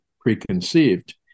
preconceived